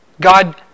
God